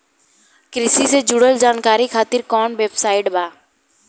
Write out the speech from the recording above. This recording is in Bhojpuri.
कृषि से जुड़ल जानकारी खातिर कोवन वेबसाइट बा?